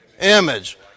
image